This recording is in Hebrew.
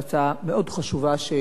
שנדונה במשך שנים ארוכות,